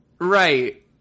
Right